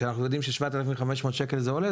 כשאנחנו יודעים שזה עולה 7,500 שקלים לעולה,